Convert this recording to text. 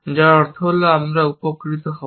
যার অর্থ হল আমরা উপকৃত হব